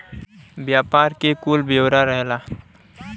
व्यापार के कुल ब्योरा रहेला